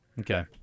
Okay